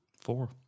Four